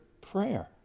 prayer